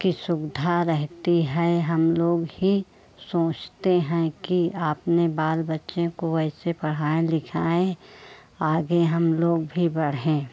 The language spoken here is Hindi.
की सुविधा रहती है हम लोग ही सोचते हैं कि अपने बाल बच्चे को ऐसे पढ़ाएँ लिखाएँ आगे हम लोग भी बढ़ें